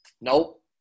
Nope